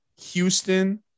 Houston